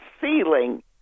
ceiling